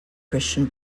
christian